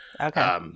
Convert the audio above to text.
okay